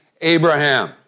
Abraham